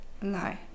no